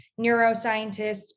neuroscientists